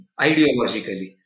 ideologically